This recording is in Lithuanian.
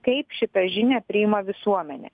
kaip šitą žinią priima visuomenė